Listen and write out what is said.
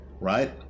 right